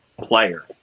player